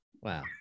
wow